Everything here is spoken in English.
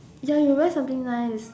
ya you wear something nice